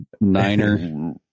niner